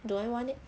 do I want it